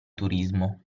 turismo